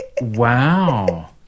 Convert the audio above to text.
Wow